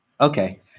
Okay